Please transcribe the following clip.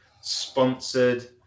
sponsored